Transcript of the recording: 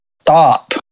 Stop